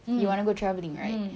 you want to go travelling right